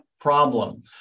problem